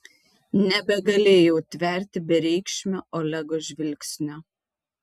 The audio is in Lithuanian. nebegalėjau tverti bereikšmio olego žvilgsnio